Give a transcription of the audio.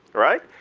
right?